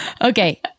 Okay